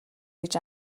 гэж